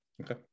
Okay